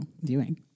viewing